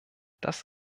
das